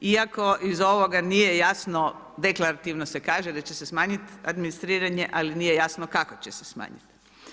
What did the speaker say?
Iako iz ovoga nije jasno, deklarativno se kaže da će se smanjiti administriranje ali nije jasno kako će se smanjiti.